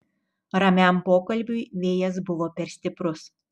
ramiam pokalbiui vėjas buvo per stiprus